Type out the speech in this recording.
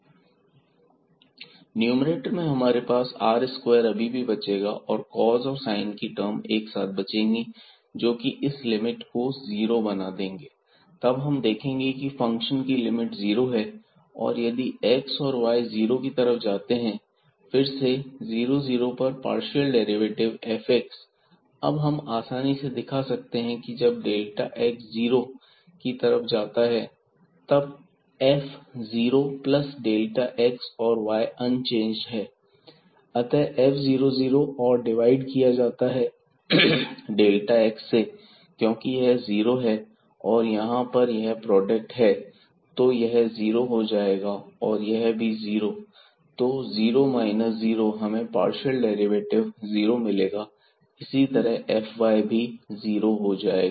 fxyxy3x2y2xy≠00 0xy00 fxy 0fx000fy000⁡ numerator में हमारे पास r स्क्वायर अभी भी बचेगा और cos और sine की टर्म एक साथ बचेगी जोकि इस लिमिट को जीरो बना देंगे तब हम देखेंगे की फंक्शन की लिमिट जीरो है यदि x और y जीरो की तरफ जाते हैं फिर से 00 पर पार्शियल डेरिवेटिव fx हम आसानी से दिखा सकते हैं की जब डेल्टा x जीरो की तरफ जाता है तब f zero plus delta x और y अनचेंज्ड है अतः f00 और डिवाइड किया जाता है डेल्टा x से क्योंकि यह जीरो है और यहां पर यह प्रोडक्ट है तो यह जीरो हो जाएगा और यह भी जीरो तो जीरो माइनस जीरो हमें पार्शियल डेरिवेटिव जीरो मिलेगा इसी तरह fy भी जीरो हो जाएगा